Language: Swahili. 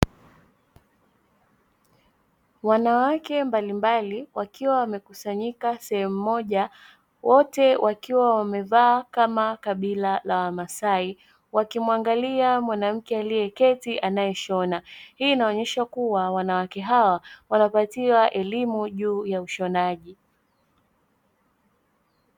Wanawake mbalimbali wakiwa wamekusanyika sehemu moja wote wakiwa wamevaa kama kabila la Wamasai wakimwangalia mwanamke aliyeketi anayeshona. Hii inaonyesha kuwa wanawake hawa wanapatiwa elimu juu ya ushonaji.